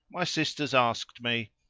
my sisters asked me,